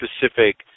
specific